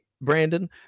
Brandon